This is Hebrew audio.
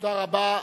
תודה רבה.